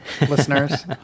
listeners